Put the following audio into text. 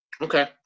okay